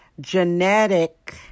genetic